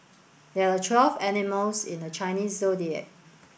there are twelve animals in the Chinese Zodiac